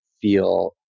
feel